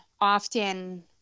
often